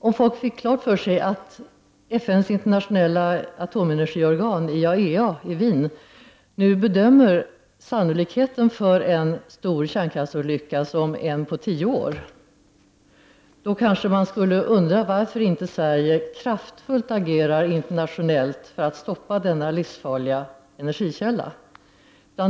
Om människor fick klart för sig att FNs internationella atomenergiorgan i Wien, IAEA, bedömer sannolikheten för att en stor kärnkraftsolycka skall inträffa som en på tio år skulle de kanske undra varför Sverige inte agerar kraftfullt internationellt för att stoppa denna livsfarliga energikälla.